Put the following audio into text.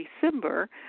December